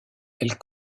elle